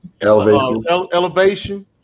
elevation